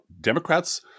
Democrats